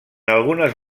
algunes